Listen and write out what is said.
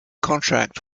contract